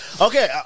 Okay